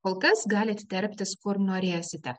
kol kas galit terptis kur norėsite